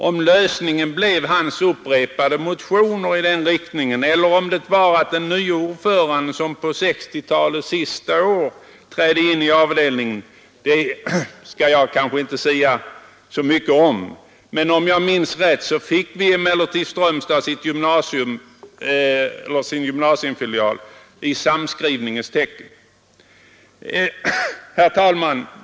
Om lösningen berodde på upprepade motioner i den riktningen eller om den berodde på den nya ordförande som på 1960-talets sista år trädde in i avdelningen skall jag kanske inte sia om. Om jag minns rätt så fick emellertid Strömstad sin gymnasiefilial i samskrivningens tecken. Herr talman!